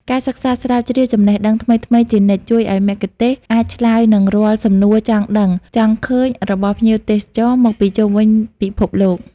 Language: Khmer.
ការសិក្សាស្រាវជ្រាវចំណេះដឹងថ្មីៗជានិច្ច ជួយឱ្យមគ្គុទ្ទេសក៍អាចឆ្លើយនឹងរាល់សំណួរចង់ដឹងចង់ឃើញរបស់ភ្ញៀវទេសចរមកពីជុំវិញពិភពលោក។